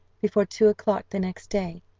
before two o'clock the next day,